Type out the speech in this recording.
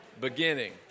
beginning